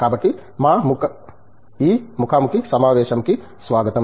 కాబట్టి ఈ ముఖాముఖి సమావేశం కి స్వాగతం